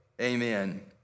Amen